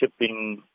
Shipping